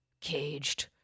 Caged